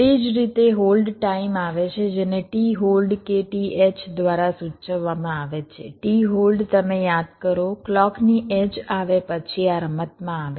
જ રીતે hold time આવે છે જેને t હોલ્ડ કે t h દ્વારા સૂચવવામાં આવે છે t હોલ્ડ તમે યાદ કરો ક્લૉકની એડ્જ આવે પછી આ રમતમાં આવે છે